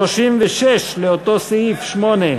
הסתייגות 36 לאותו סעיף, 8,